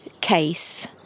case